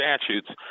statutes